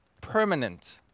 permanent